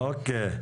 אוקיי.